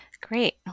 Great